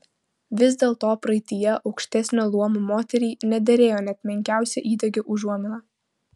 vis dėlto praeityje aukštesnio luomo moteriai nederėjo net menkiausia įdegio užuomina